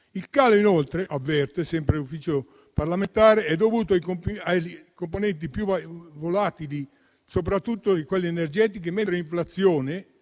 Il calo inoltre - avverte sempre l'Ufficio parlamentare di bilancio - è dovuto alle componenti più volatili, soprattutto quelle energetiche, mentre l'inflazione